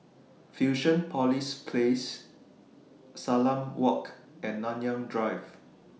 Fusionopolis Place Salam Walk and Nanyang Drive